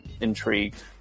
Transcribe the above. intrigued